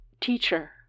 Teacher